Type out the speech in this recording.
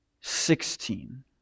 sixteen